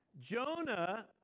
Jonah